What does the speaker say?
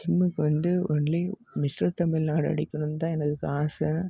ஜிம்முக்கு வந்து only mister Tamil Nadu அடிக்கணுன்னு தான் எனக்கு ஆசை